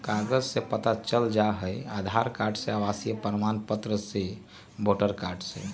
कागज से पता चल जाहई, आधार कार्ड से, आवासीय प्रमाण पत्र से, वोटर कार्ड से?